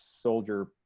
soldier